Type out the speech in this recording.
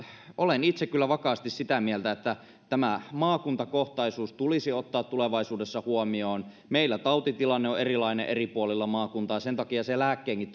olen itse kyllä vakaasti sitä mieltä että tämä maakuntakohtaisuus tulisi ottaa tulevaisuudessa huomioon meillä tautitilanne on erilainen eri puolilla maata ja sen takia sen lääkkeenkin